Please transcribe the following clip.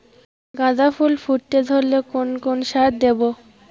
গাদা ফুল ফুটতে ধরলে কোন কোন সার দেব?